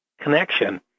connection